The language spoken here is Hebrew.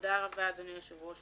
תודה רבה אדוני היושב ראש.